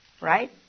right